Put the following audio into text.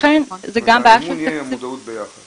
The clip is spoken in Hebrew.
לכן זה גם בעיה של תקציב --- האמון יהיה עם המודעות ביחד.